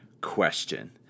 Question